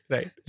Right